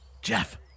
Jeff